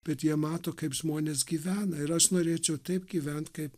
bet jie mato kaip žmonės gyvena ir aš norėčiau taip gyvent kaip